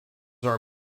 are